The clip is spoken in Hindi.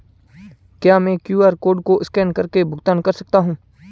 क्या मैं क्यू.आर कोड को स्कैन करके भुगतान कर सकता हूं?